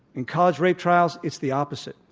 in college rape trials, it's the opposite.